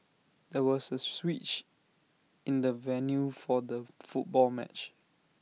there was A switch in the venue for the football match